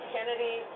Kennedy